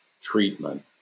treatment